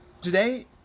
Today